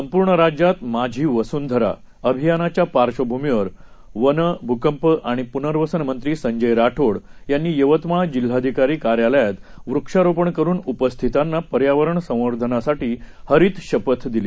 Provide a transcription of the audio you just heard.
संपूर्णराज्यातमाझीवसुंधरा अभियानाच्यापार्शवभूमीवरवने भूकंप प्रनर्वसनमंत्रीसंजयराठोडयांनीयवतमाळजिल्हाधिकारीकार्यालयातवृक्षारोपणकरूनउपस्थितांनापर्यावरणसंवर्धनासाठीहरीतशपथ दिली